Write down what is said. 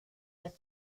der